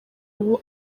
ubu